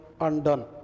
undone